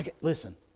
Listen